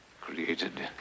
created